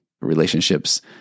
relationships